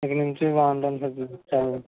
ఇకనించి బాగుంటాను సార్ చాలా